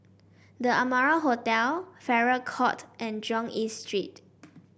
The Amara Hotel Farrer Court and Jurong East Street